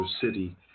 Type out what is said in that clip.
city